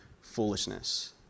foolishness